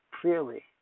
clearly